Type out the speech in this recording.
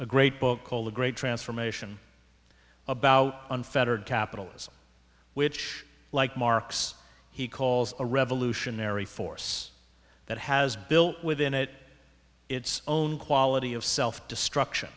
a great book called the great transformation about unfettered capitalism which like marx he calls a revolutionary force that has built within it its own quality of self destruction